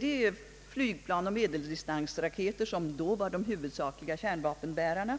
De flygplan och medeldistansraketer som då var de huvudsakliga kärnvapenbärarna